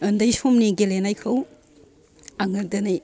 उन्दै समनि गेलेनायखौ आङो दिनै